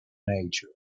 nature